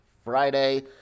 friday